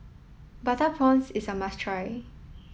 Butter Prawns is a must try